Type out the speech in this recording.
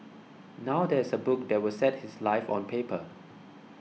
now there is a book that will set his life on paper